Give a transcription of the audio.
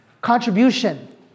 contribution